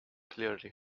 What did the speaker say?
clearly